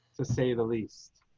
to say the least,